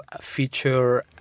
feature